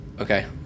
Okay